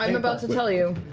um about to tell you.